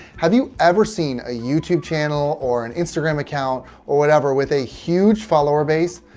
have you ever seen a youtube channel or an instagram account or whatever with a huge follower base,